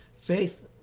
Faith